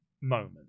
moment